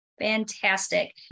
Fantastic